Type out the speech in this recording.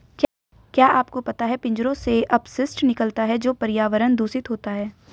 क्या आपको पता है पिंजरों से अपशिष्ट निकलता है तो पर्यावरण दूषित होता है?